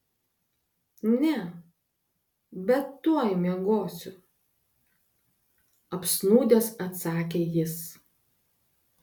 ne bet tuoj miegosiu apsnūdęs atsakė jis